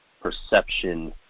perception